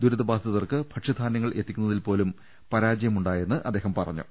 ദുരിതബാധിതർക്ക് ഭക്ഷ്യധാന്യങ്ങൾ എത്തിക്കുന്നതിൽപോലും പരാജയമുണ്ടായെന്ന് അദ്ദേഹം പറഞ്ഞു